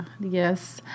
yes